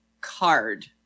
card